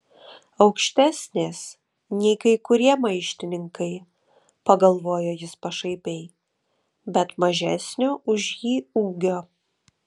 aukštesnės nei kai kurie maištininkai pagalvojo jis pašaipiai bet mažesnio už jį ūgio